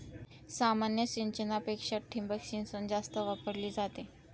सामान्य सिंचनापेक्षा ठिबक सिंचन जास्त वापरली जाते